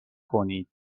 کنید